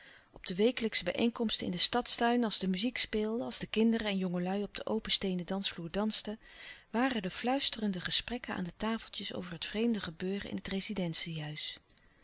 op de wekelijksche bijeenkomsten in den stadstuin als de muziek speelde als de kinderen en jongelui op den open steenen dansvloer dansten waren de fluisterende gesprekken aan de tafeltjes over het vreemde gebeuren in het